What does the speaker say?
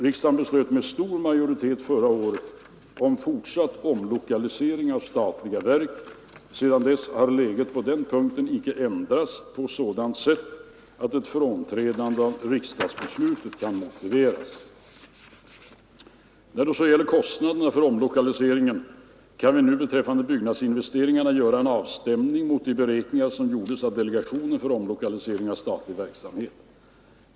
Riksdagen beslöt med stor majoritet förra året om fortsatt omlokalisering av statliga verk. Sedan dess har läget på denna punkt inte ändrats på sådant sätt att ett frånträdande av riksdagsbeslutet kan motiveras. När det så gäller kostnaderna för omlokaliseringen kan vi nu beträffande byggnadsinvesteringarna göra en avstämning mot de beräkningar som gjordes av delegationen för omlokalisering av statlig verksamhet.